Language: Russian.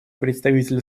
представителя